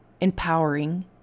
empowering